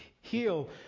heal